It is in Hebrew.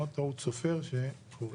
כן, טעות סופר, קורה.